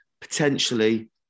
Potentially